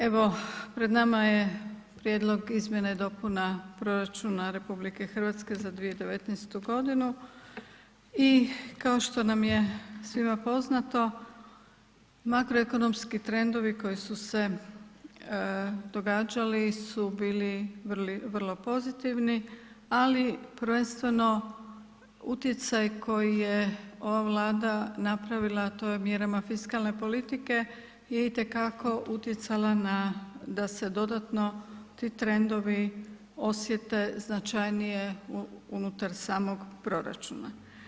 Evo pred nama je Prijedlog izmjena i dopuna proračuna RH za 2019. godinu i kao što nam je svima poznato makroekonomski trendovi koji su se događali su bili vrlo pozitivni ali prvenstveno utjecaj koji je ova Vlada napravila a to je mjerama fiskalne politike je itekako utjecala na da se dodatno ti trendovi osjete značajnije unutar samog proračuna.